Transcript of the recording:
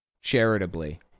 charitably